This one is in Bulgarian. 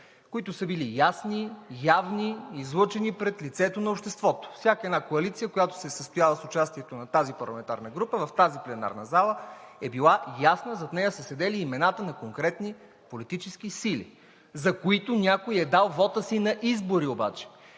които са били ясни, явни, излъчени пред лицето на обществото. Всяка една коалиция, която се е състояла с участието на тази парламентарна група, в тази пленарна зала, е била ясна, зад нея са седели имената на конкретни политически сили, за които някой е дал вота си на избори обаче.